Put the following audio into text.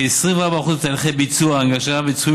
כ-24% הם בתהליכי ביצוע הנגשה וצפויים